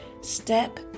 step